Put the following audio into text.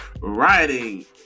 writing